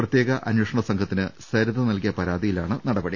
പ്രത്യേക അന്വേഷണ സംഘത്തിന് സരിത നൽകിയ പരാതിയിലാണ് നട പടി